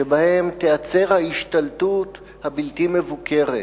שבהם תיעצר ההשתלטות הבלתי-מבוקרת